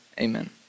amen